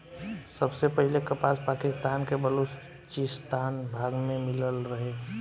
सबसे पहिले कपास पाकिस्तान के बलूचिस्तान भाग में मिलल रहे